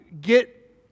get